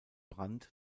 brand